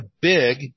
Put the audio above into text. big